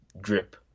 drip